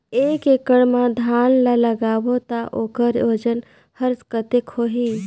एक एकड़ मा धान ला लगाबो ता ओकर वजन हर कते होही?